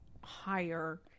higher